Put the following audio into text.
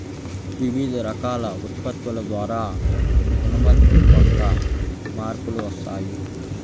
వివిధ రకాల ఉత్పత్తుల ద్వారా గుణాత్మక మార్పులు వస్తాయి